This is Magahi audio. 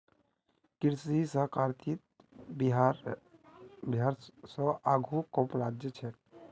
कृषि सहकारितात बिहार स आघु कम राज्य छेक